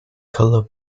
color